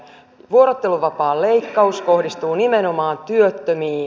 vuorotteluvapaan leikkaus kohdistuu nimenomaan työttömiin